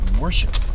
worship